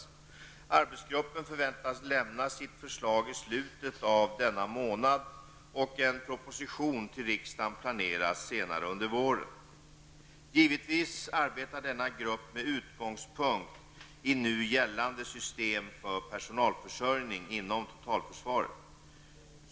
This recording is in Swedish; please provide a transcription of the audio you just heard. Arbetsgruppen förväntas lämna sitt förslag i slutet av denna månad, och en proposition till riksdagen planeras senare under våren. Givetvis arbetar denna grupp med utgångspunkt i nu gällande system för personalförsörjning inom totalförsvaret.